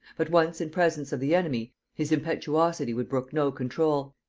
but, once in presence of the enemy, his impetuosity would brook no control.